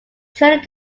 traded